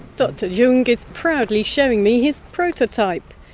dr jung is proudly showing me his prototype,